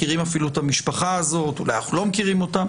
מכירים את המשפחה הזאת או לא מכירים אותה.